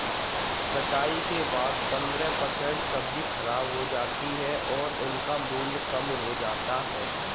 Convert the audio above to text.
कटाई के बाद पंद्रह परसेंट सब्जी खराब हो जाती है और उनका मूल्य कम हो जाता है